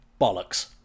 Bollocks